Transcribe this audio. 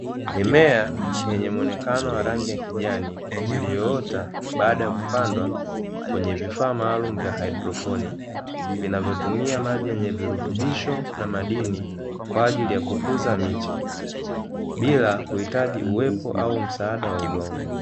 Mimea yenye muonekano wa rangi ya kijani, iliyoota baada ya kupandwa kwenye vifaa maalumu vya hydroponi, vinavyotumia maji yenye virutubisho na madini kwa ajili ya kukuza miche, bila kuhitaji uwepo au msaada wa udongo.